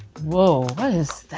whoa! what is that!